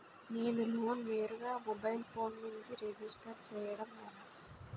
నేను లోన్ నేరుగా mobile phone నుంచి రిజిస్టర్ చేయండి ఎలా?